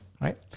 right